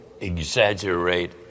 exaggerate